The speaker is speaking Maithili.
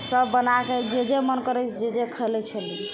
सब बनाके जे जे मन करै जे जे खालिए छलिए